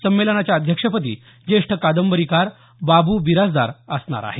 समेंलनाच्या अध्यक्षपदी जेष्ठ कादंबरीकार बाबू बिराजदार असणार आहेत